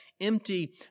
empty